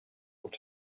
what